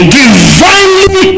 divinely